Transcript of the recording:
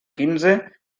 quinze